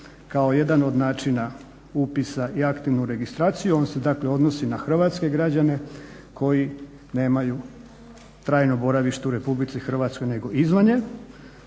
kao jedan od načina upisa i aktivnu registraciju, on se dakle odnosi na hrvatske građane koji nemaju trajno boravište u Republici Hrvatskoj nego izvan nje.